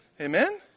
Amen